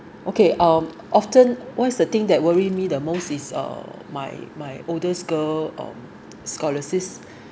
okay um often what is the thing that worries me the most is uh my my oldest girl on scholarship